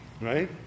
Right